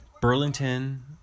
Burlington